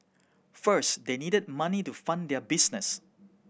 first they needed money to fund their business